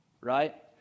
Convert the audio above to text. Right